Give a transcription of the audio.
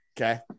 okay